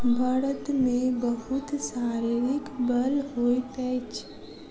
बड़द मे बहुत शारीरिक बल होइत अछि